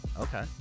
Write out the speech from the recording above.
Okay